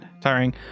tiring